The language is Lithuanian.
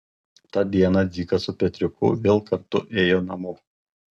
tą dieną dzikas su petriuku vėl kartu ėjo namo